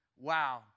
wow